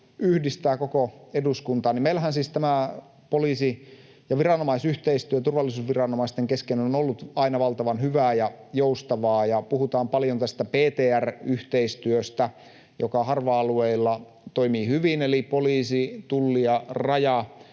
yhdistää koko eduskuntaa. Meillähän siis poliisi- ja viranomaisyhteistyö turvallisuusviranomaisten kesken on ollut aina valtavan hyvää ja joustavaa. Puhutaan paljon tästä PTR-yhteistyöstä, joka harva-alueilla toimii hyvin, eli poliisi, Tulli ja Raja